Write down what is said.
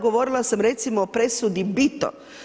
Govorila sam recimo o presudi Bito.